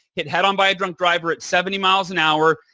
hit head-on by a drunk driver at seventy miles an hour,